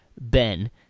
Ben